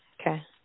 Okay